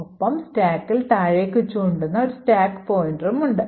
ഒപ്പം സ്റ്റാക്കിൽ താഴേക്ക് ചൂണ്ടുന്ന ഒരു സ്റ്റാക്ക് പോയിന്റർ ഉണ്ട്